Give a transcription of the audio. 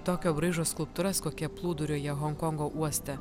tokio braižo skulptūras kokie plūduriuoja honkongo uoste